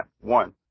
One